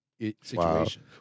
situation